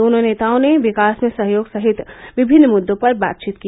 दोनों नेताओं ने विकास में सहयोग सहित विभिन्न मुद्दों पर बातचीत की